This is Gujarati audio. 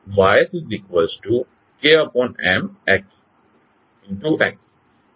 તેથી YsKMX